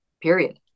period